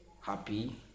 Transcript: happy